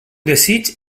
desig